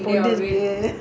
dark and short girl ah